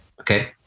Okay